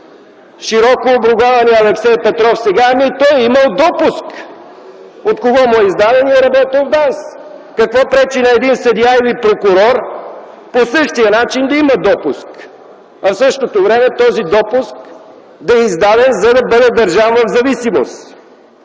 широко обругаваният Алексей Петров, ами и той е имал допуск. От кого му е издаден? Той е работил в ДАНС. Какво пречи на един съдия или прокурор по същия начин да има допуск, а в същото време този допуск да е издаден, за да бъде държан в зависимост,